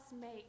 make